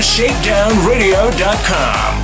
ShakedownRadio.com